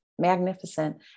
Magnificent